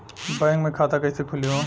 Bank मे खाता कईसे खुली हो?